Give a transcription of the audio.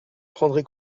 prendrez